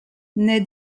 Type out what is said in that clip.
naît